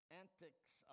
antics